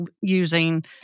using